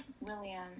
william